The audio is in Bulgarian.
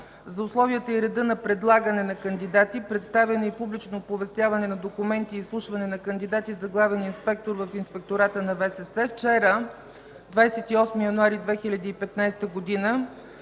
за условията и реда на предлагане на кандидати, представяне и публично оповестяване на документи и изслушване на кандидати за главен инспектор в Инспектората на ВСС, вчера – 28 януари 2015 г.,